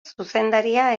zuzendaria